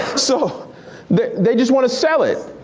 so they just want to sell it.